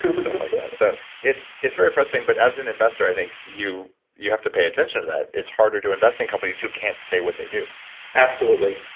stuff like that. so it's it's very frustrating, but as an investor, i think you you have to pay attention to that, it's harder to invest in companies who can't say what they do absolutely.